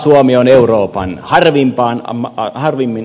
suomi on euroopan harvimmin asuttu maa